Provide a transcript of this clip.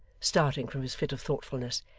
starting from his fit of thoughtfulness.